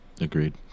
Agreed